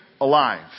alive